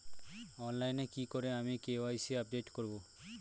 অনলাইনে কি করে আমি কে.ওয়াই.সি আপডেট করব?